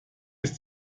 ist